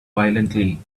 violently